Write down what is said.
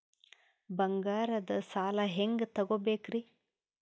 ಬಂಗಾರದ್ ಸಾಲ ಹೆಂಗ್ ತಗೊಬೇಕ್ರಿ?